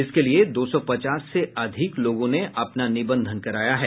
इसके लिए दो सौ पचास से अधिक लोगों ने अपना निबंधन कराया है